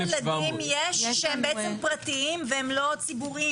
גני ילדים יש שהם בעצם פרטיים והם לא ציבוריים?